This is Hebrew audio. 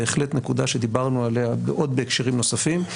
בהחלט נקודה שדיברנו עליה עוד בהקשרים נוספים.